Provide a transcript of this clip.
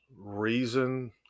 reason